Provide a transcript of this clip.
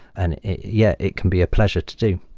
and yeah, it can be a pleasure to do.